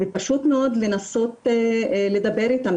ופשוט מאוד לנסות לדבר איתם,